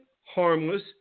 harmless